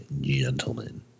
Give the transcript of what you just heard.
gentlemen